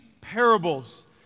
parables